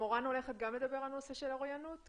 מורן ידבר גם בנושא של האוריינות?